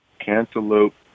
Cantaloupe